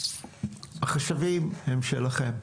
החשבים שהם שלכם,